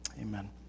Amen